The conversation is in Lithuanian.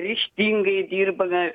ryžtingai dirbame